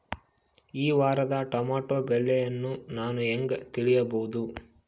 ಈ ವಾರದ ಟೊಮೆಟೊ ಬೆಲೆಯನ್ನು ನಾನು ಹೇಗೆ ತಿಳಿಯಬಹುದು?